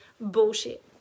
Bullshit